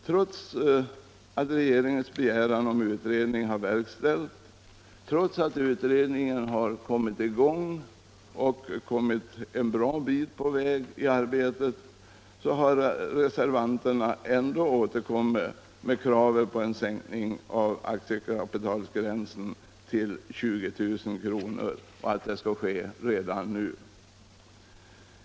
Trots att regeringens begäran om utredning har verkställts, trots att utredningen kommit i gång och hunnit en bra bit på väg i arbetet har reservanterna återkommit med krav på sänkning av aktiekapitalsgränsen till 20 000 kr. redan nu.